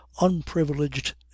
unprivileged